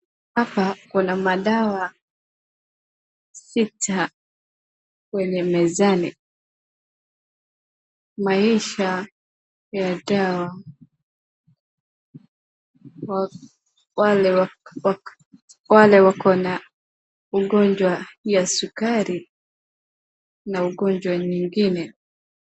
Hapa kuna madawa sita kwenye mezani. Maisha ya dawa kwa wale wako na ugonjwa ya sukari na ugonjwa nyingine.